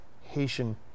Haitian